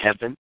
heaven